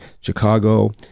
Chicago